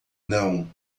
não